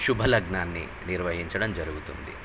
శుభలగ్నాన్ని నిర్వహించడం జరుగుతుంది